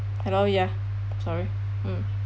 hello ya sorry mm